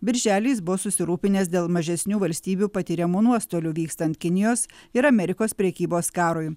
birželį jis buvo susirūpinęs dėl mažesnių valstybių patiriamų nuostolių vykstant kinijos ir amerikos prekybos karui